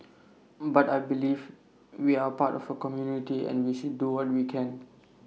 but I believe we are part of A community and we should do what we can